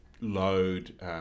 load